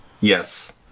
Yes